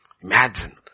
Imagine